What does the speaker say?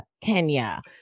Kenya